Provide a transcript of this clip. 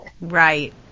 Right